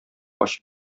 ачып